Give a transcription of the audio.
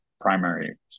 primary